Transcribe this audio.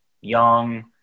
Young